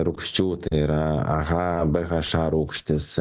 rūgščių tai yra aha b haša rūgštis